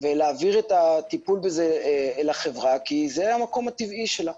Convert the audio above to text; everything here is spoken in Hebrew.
ולהעביר את הטיפול בזה לחברה כי זה המקום הטבעי שלה.